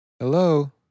Hello